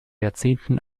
jahrzehnten